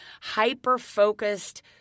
hyper-focused